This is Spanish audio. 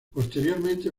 posteriormente